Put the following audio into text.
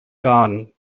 garden